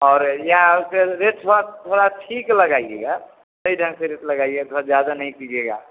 और या उसका रेट थोड़ा थोड़ा ठीक लगाइएगा सही ढंग से लगाइए थोड़ा ज़्यादा नहीं कीजिएगा